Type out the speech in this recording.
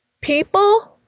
People